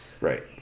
Right